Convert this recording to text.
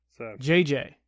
JJ